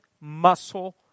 muscle